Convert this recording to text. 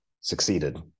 succeeded